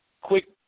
Quick